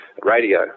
radio